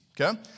okay